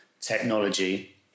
technology